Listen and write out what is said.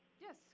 Yes